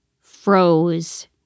froze